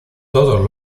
todos